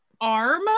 arm